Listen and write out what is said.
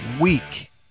week